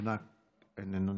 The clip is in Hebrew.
איננה נמצאת.